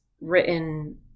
written